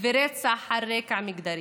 ורצח על רקע מגדרי.